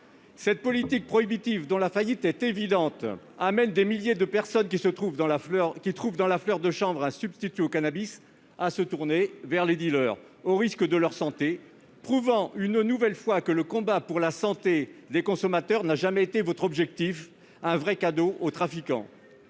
Cette politique prohibitive, dont la faillite est évidente, pousse les milliers de personnes qui trouvent dans la fleur de chanvre un substitut au cannabis à se tourner vers les dealers au risque de leur santé : cela prouve, une nouvelle fois, que le combat pour la santé des consommateurs n'a jamais été votre objectif. Vous faites un vrai cadeau aux trafiquants